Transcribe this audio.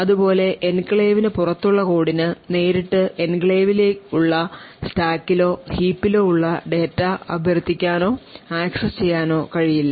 അതുപോലെ എൻക്ലേവിന് പുറത്തുള്ള കോഡിന് നേരിട്ട് എൻക്ലേവിലുള്ള സ്റ്റാക്കിലോ heap ലോ ഉള്ള ഡാറ്റ അഭ്യർത്ഥിക്കാനോ ആക്സസ് ചെയ്യാൻ കഴിയില്ല